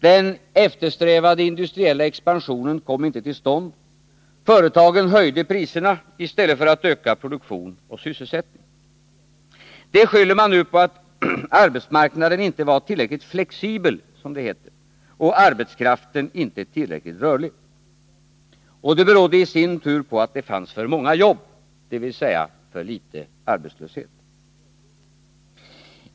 Den eftersträvade industriella expansionen kom inte till stånd — företagen höjde priserna i stället för att öka produktion och sysselsättning. Det skyller man nu på att arbetsmarknaden inte var tillräckligt flexibel, som det heter, och arbetskraften inte tillräckligt rörlig. Och det berodde i sin tur på att det fanns för många jobb, dvs. för lite arbetslöshet.